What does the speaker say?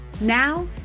Now